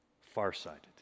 Farsighted